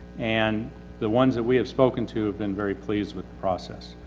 and the ones that we have spoken to have been very pleased with the process.